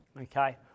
Okay